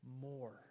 more